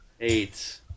Eight